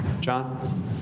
John